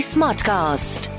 Smartcast